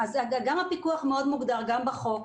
גם הפיקוח מאוד מוגדר בחוק.